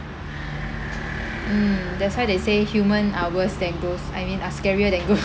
mm that's why they say human are worse than ghost I mean are scarier than ghost